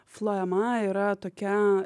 floema yra tokia